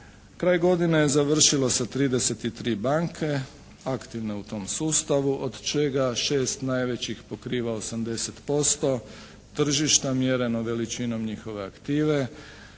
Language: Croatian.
kraj godine je završilo sa 33 banke, aktivne u tom sustavu, od čega 6 najvećih pokriva 80% tržišta mjereno veličinom njihove aktive.